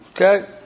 Okay